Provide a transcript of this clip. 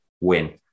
win